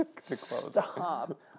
Stop